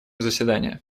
заседание